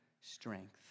strength